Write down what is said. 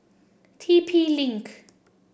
T P Link